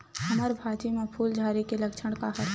हमर भाजी म फूल झारे के लक्षण का हरय?